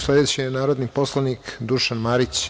Sledeći je narodni poslanik Dušan Marić.